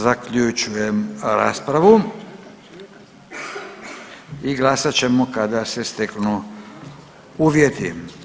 Zaključujem raspravu i glasat ćemo kada se steknu uvjeti.